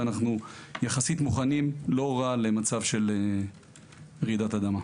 ואנחנו יחסית מוכנים לא רע למצב של רעידת אדמה.